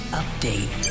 update